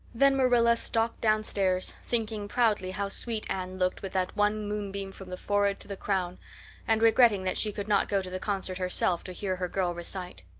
then marilla stalked downstairs, thinking proudly how sweet anne looked, with that one moonbeam from the forehead to the crown and regretting that she could not go to the concert herself to hear her girl recite.